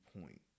point